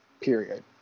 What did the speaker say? period